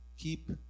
Keep